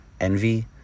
envy